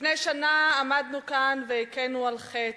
לפני שנה עמדנו כאן והכינו על חטא.